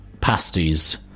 pasties